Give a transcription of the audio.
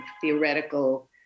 theoretical